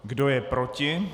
Kdo je proti?